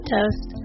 Toast